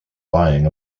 buying